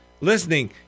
listening